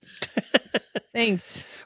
Thanks